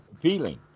feeling